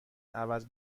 عوض